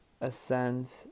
ascend